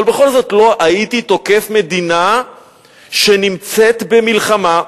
אבל בכל זאת לא הייתי תוקף מדינה שנמצאת במלחמה,